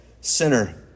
sinner